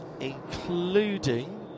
Including